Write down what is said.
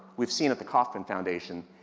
we've seen at the kauffman foundation,